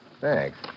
Thanks